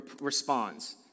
responds